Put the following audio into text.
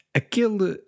aquele